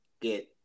get